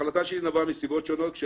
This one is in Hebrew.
ההחלטה שלי נבעה מסיבות שונות כאשר